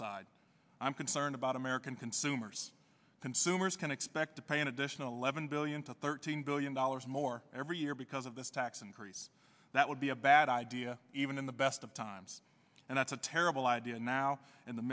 side i'm concerned about american consumers consumers can expect to pay an additional eleven billion to thirteen billion dollars more every year because of this tax increase that would be a bad idea even in the best of times and that's a terrible idea and now in the